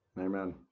Amen